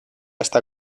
está